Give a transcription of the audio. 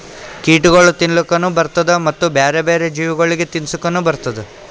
ಕೀಟಗೊಳ್ ತಿನ್ಲುಕನು ಬರ್ತ್ತುದ ಮತ್ತ ಬ್ಯಾರೆ ಬ್ಯಾರೆ ಜೀವಿಗೊಳಿಗ್ ತಿನ್ಸುಕನು ಬರ್ತ್ತುದ